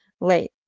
late